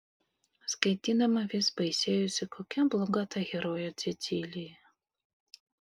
skaitydama vis baisėjosi kokia bloga ta herojė cecilija